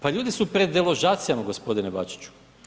Pa ljudi su pred deložacijama gospodine Bačiću.